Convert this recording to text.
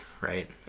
right